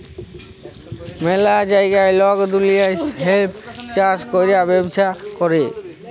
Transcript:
ম্যালা জাগায় লক দুলিয়ার হেম্প চাষ ক্যরে ব্যবচ্ছা ক্যরে